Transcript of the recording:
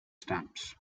stamps